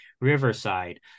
Riverside